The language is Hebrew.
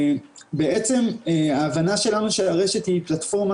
בעצם ההבנה שלנו של הרשת היא פלטפורמה